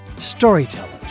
Storytellers